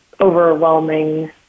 overwhelming